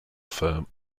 firm